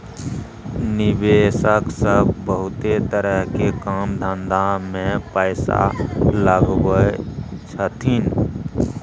निवेशक सब बहुते तरह के काम धंधा में पैसा लगबै छथिन